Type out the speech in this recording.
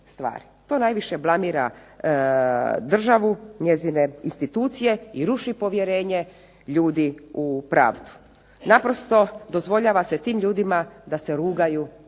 To najviše blamira državu, njezine institucije i ruši povjerenje ljudi u pravdu. Naprosto dozvoljava se tim ljudima da se rugaju